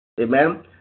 Amen